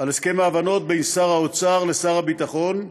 על הסכם ההבנות בין שר האוצר לשר הביטחון,